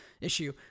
issue